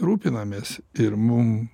rūpinamės ir mum